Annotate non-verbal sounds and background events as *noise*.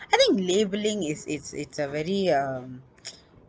I think labelling is is it's a very um *noise*